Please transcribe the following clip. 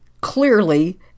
clearly